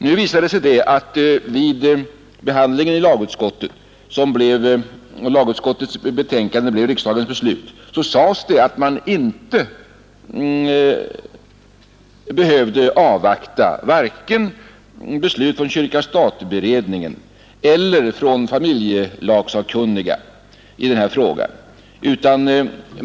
Nu visar det sig att vid behandlingen i lagutskottet — och lagutskottets hemställan blev riksdagens beslut — sades att man inte behövde avvakta förslag från vare sig kyrka—stat-beredningen eller familjelagssakkunniga i denna fråga.